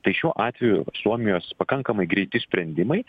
tai šiuo atveju suomijos pakankamai greiti sprendimai